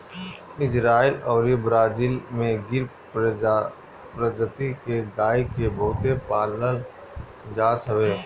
Israel अउरी Brazil में गिर प्रजति के गाई के बहुते पालल जात हवे